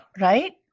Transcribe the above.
right